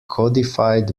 codified